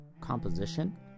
composition